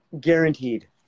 Guaranteed